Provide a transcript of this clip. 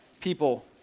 people